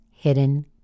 hidden